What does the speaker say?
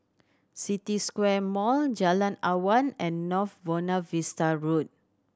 City Square Mall Jalan Awan and North Buona Vista Road